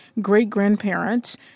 great-grandparents